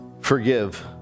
forgive